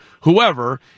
whoever